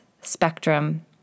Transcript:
spectrum